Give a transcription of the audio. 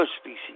species